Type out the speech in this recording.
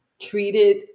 treated